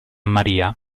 maria